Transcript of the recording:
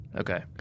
okay